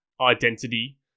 identity